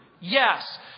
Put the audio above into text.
Yes